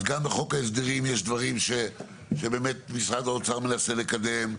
אז גם בחוק ההסדרים יש דברים שבאמת משרד האוצר מנסה לקדם,